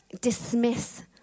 dismiss